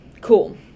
Cool